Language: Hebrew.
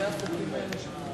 ההסתייגות לחלופין השנייה